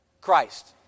Christ